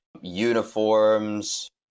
uniforms